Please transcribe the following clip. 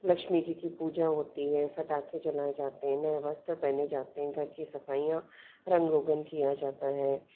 लक्ष्मी जी की पूजा होती है फटाके जलाए जाते हैं नए वस्त्र पहने जाते हैं घर की सफ़ाइयाँ रंग रोगन किया जाता है